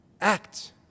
Act